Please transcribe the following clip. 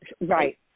Right